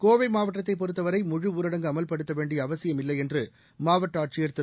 கோவை மாவட்டத்தை பொறுத்தவரை முழுஊரடங்கு அமல்படுத்த வேண்டிய அவசியம் இல்லை என்று மாவட்ட ஆட்சியர் திரு